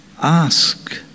Ask